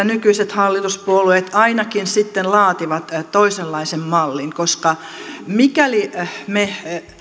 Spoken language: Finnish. nykyiset hallituspuolueet ainakin sitten laativat toisenlaisen mallin koska mikäli me